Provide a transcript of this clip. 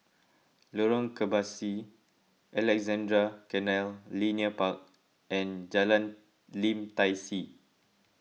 Lorong Kebasi Alexandra Canal Linear Park and Jalan Lim Tai See